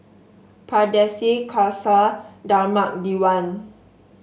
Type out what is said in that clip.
Pardesi Khalsa Dharmak Diwan